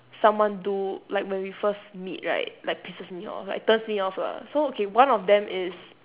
someone do like when we first meet right like pisses me off like turns me off lah so okay one of them is